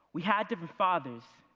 we had different fathers.